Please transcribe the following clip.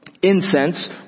Incense